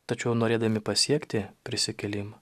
tačiau norėdami pasiekti prisikėlimą